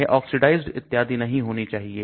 यह oxidized इत्यादि नहीं होना चाहिए